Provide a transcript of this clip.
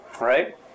right